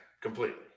Completely